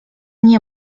nie